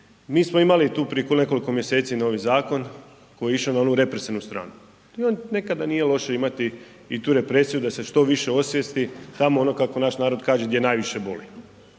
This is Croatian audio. mi smo imali tu prije nekoliko mjeseci novi zakon koji je išao na onu represivnu. Nekada nije loše imati i tu represiju da se što više osvijesti tamo ono kako naš narod kaže gdje najviše boli,